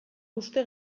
uste